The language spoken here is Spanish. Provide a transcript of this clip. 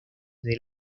del